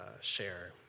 share